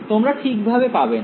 তোমরা ঠিক ভাবে পাবে না